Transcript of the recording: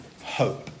hope